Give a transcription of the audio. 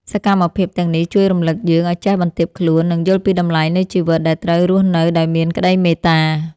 សកម្មភាពទាំងនេះជួយរំលឹកយើងឱ្យចេះបន្ទាបខ្លួន និងយល់ពីតម្លៃនៃជីវិតដែលត្រូវរស់នៅដោយមានក្ដីមេត្តា។